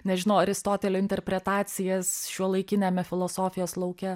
nežinau aristotelio interpretacijas šiuolaikiniame filosofijos lauke